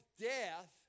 death